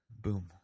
Boom